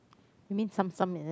mean some some is it